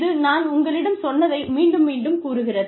இது நான் உங்களிடம் சொன்னதை மீண்டும் மீண்டும் கூறுகிறது